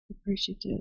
appreciative